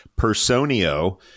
Personio